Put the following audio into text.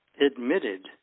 admitted